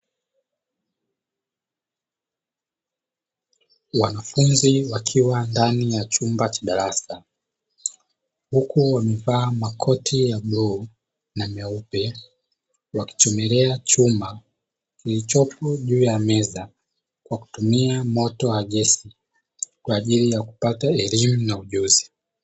Wanafunzi wakiwa ndani ya chumba cha darasa, huku wamevaa makoti ya bluu na meupe. Wakichomelea chuma kilichopo juu ya meza, kwa kutumia moto wa gesi kwa ajili ya kupata elimu na ujuzi.